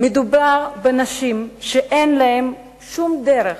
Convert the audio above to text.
מדובר בנשים שאין להן שום דרך,